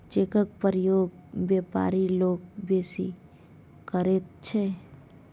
चेकक प्रयोग बेपारी लोक बेसी करैत छै